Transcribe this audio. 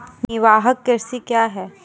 निवाहक कृषि क्या हैं?